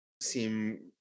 seem